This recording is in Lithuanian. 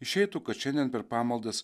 išeitų kad šiandien per pamaldas